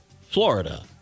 Florida